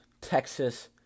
Texas